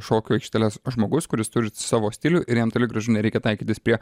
šokių aikšteles žmogus kuris turi savo stilių ir jam toli gražu nereikia taikytis prie